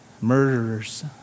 Murderers